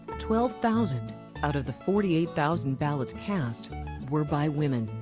twelve thousand out of the forty eight thousand ballots cast were by women.